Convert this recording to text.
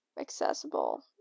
accessible